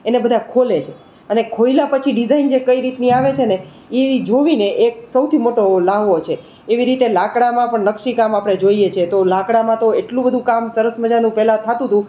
એને બધા ખોલે છે અને ખોલ્યા પછી ડિઝાઇન જે કરી હતી એ આવે છેને એ જોવીને એક સૌથી મોટો લ્હાવો છે એવી રીતે લાકડામાં પણ નક્શી કામ આપણે જોઈએ છે તો લાકડામાં તો એટલું બધુ કામ સરસ મજાનું પહેલાં થતું હતું